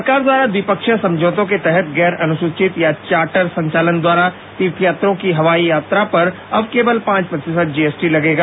सरकार द्वारा द्विपक्षीय समझौतों के तहत गैर अनुसूचित या चार्टर संचालन द्वारा तीर्थयात्रियों की हवाई यात्रा पर अब केवल पांच प्रतिशत जीएसटी लगेगा